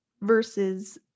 versus